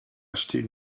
acheter